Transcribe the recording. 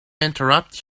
interrupt